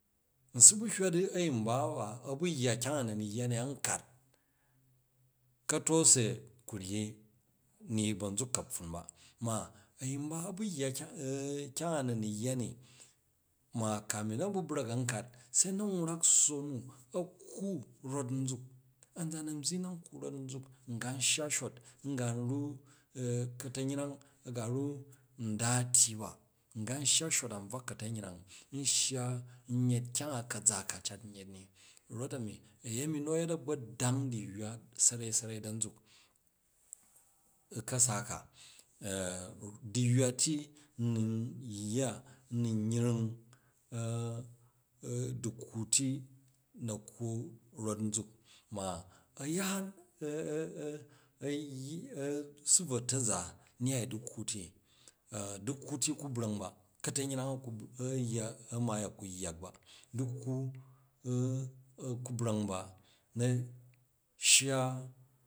Nsubu hywa a̱yin ba ba a bu yya kyang a na̱ nu yya ni an kat, kato se ku̱ ryyi ni ba nzuk ka̱pffun ba ma a̱yin ba a bu̱ yya kyang a nanu yya ni ma kanun na bu̱ brak an kat se nan wrak sso mnu a̱ kkwu rot nzuk a̱nzan an byyi nan kkwu rot nzuk, n gan shya shot n gan ru ka̱ta̱n yrang a ga ru nda a tyyi ba n ga̱n shya shot an bvak ka̱ta̱nyrang n shya n yet kyang a ka̱za ka cat n yet ni a̱yemi nu a̱ yet a̱gba̱dang du̱yywa sarai sarai dan zuk u̱ ka̱sa ka, du̱yywa ti nnu yya n nun yring du̱kkwu ti na kkwu rot nzuk, ma a ya, a su boo ta̱za u̱ du̱kkwu ti, du̱kkwu ti ku bra̱ng ba, ka̱ta̱nyrang a̱ maai a̱ ku yyak ba, du̱kkwu a ku̱ bra̱ng ba na shya.